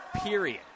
Period